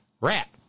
Rat